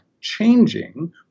changing